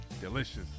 delicious